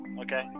Okay